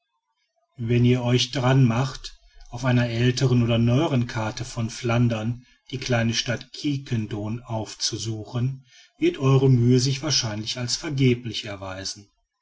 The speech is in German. wenn ihr euch daran macht auf einer älteren oder neueren karte von flandern die kleine stadt quiquendone aufzusuchen wird eure mühe sich wahrscheinlich als vergeblich erweisen